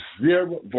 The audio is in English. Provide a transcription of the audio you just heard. zero